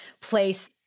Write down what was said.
place